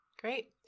Great